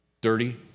dirty